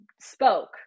spoke